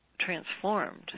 transformed